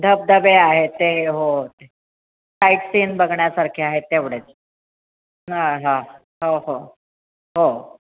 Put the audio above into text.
धबधबे आहेत ते हो ते साईट सीन बघण्यासारखे आहेत तेवढंच हा हा हो हो हो